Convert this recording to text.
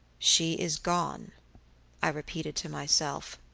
she is gone i repeated to myself,